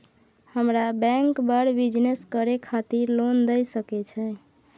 हमरा बैंक बर बिजनेस करे खातिर लोन दय सके छै?